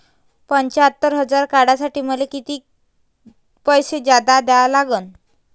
पंच्यात्तर हजार काढासाठी मले कितीक पैसे जादा द्या लागन?